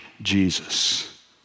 Jesus